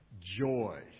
joy